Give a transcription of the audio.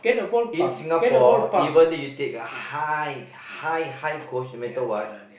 in Singapore even you take a high high high coach no matter what